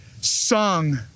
sung